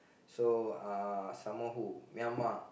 so uh some more who uh Myanmar